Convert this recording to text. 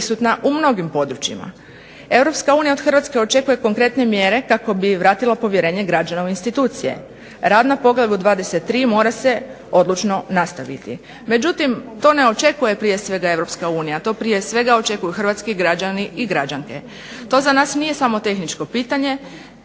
očekuju hrvatski građani i građanke.